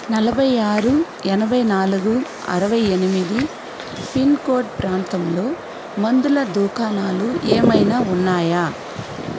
నలబై ఆరు ఎనభై నాలుగు అరవై ఎనిమిది పిన్ కోడ్ ప్రాంతంలో మందుల దుకాణాలు ఏమైనా ఉన్నాయా